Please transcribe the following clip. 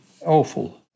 awful